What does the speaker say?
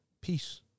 Peace